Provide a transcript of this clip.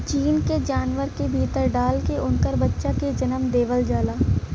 gene के जानवर के भीतर डाल के उनकर बच्चा के जनम देवल जाला